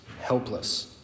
Helpless